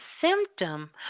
symptom